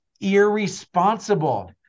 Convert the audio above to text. irresponsible